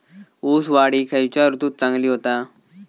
ऊस वाढ ही खयच्या ऋतूत चांगली होता?